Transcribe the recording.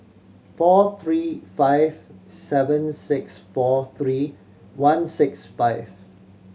four three five seven six four three one six five